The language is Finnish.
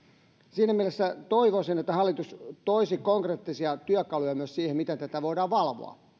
siinä mielessä toivoisin että hallitus toisi konkreettisia työkaluja myös siihen miten tätä voidaan valvoa